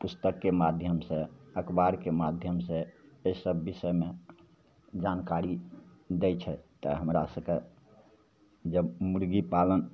पुस्तकके माध्यमसे अखबारके माध्यमसे एहिसब विषयमे जानकारी दै छै तऽ हमरा सभकेँ जब मुरगी पालन